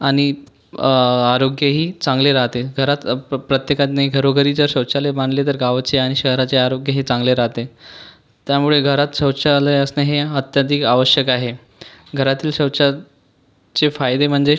आनि आरोग्यही चांगले राहते घरात प प प्रत्येकाने घरोघरी जर शौचालय बांधले तर गावाचे आनि शहराचे आरोग्य हे चांगले राहते त्यामुळे घरात सौचालय असने हे अत्याधिक आवश्यक आहे घरातील सौचाचे फायदे म्हनजे